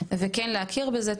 וכן להכיר בזה,